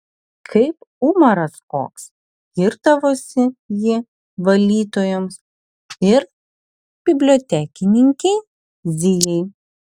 kaip umaras koks girdavosi ji valytojoms ir bibliotekininkei zijai